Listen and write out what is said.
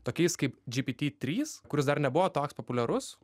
tokiais kaip gpt trys kuris dar nebuvo toks populiarus